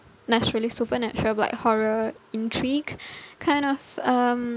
naturally supernatural will be like horror intrigue kind of um